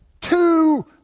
two